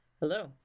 Hello